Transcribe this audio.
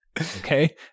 Okay